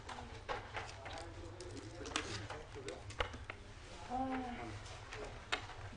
הישיבה ננעלה בשעה 11:41.